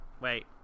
Wait